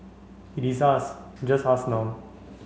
it is us just us now